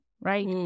right